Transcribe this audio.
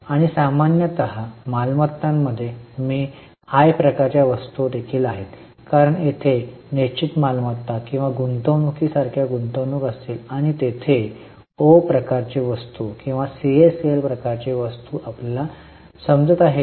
आणि सामान्यत मालमत्तांमध्ये मी प्रकारच्या वस्तू असतील कारण तेथे निश्चित मालमत्ता किंवा गुंतवणूकीसारख्या गुंतवणूक असतील आणि तेथे ओ प्रकारची वस्तू किंवा सीएसीएल प्रकारची वस्तू आपल्याला मिळत आहेत का